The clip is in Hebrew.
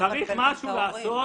צריך לעשות